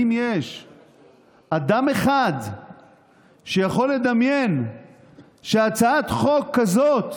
אדם אחד שיכול לדמיין שהצעת חוק כזאת